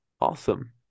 Awesome